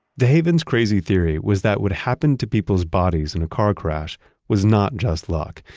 dehaven's crazy theory was that what happened to people's bodies in a car crash was not just luck.